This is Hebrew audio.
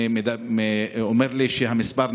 אמר לי שהמספר,